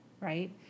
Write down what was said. right